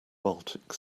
baltic